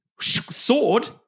sword